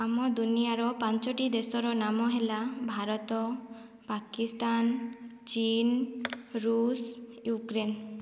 ଆମ ଦୁନିଆର ପାଞ୍ଚଟି ଦେଶର ନାମ ହେଲା ଭାରତ ପାକିସ୍ତାନ ଚୀନ ରୁଷ ୟୁକ୍ରେନ